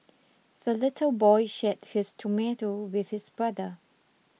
the little boy shared his tomato with his brother